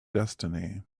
destiny